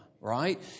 right